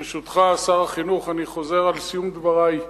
שר החינוך, ברשותך, אני חוזר על סיום דברי: